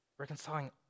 reconciling